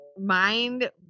Mind